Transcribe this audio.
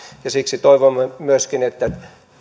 ja siksi toivomme myöskin että